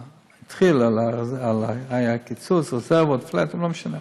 התחיל, על הקיצוץ, רזרבות, flat, לא משנה.